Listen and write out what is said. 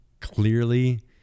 clearly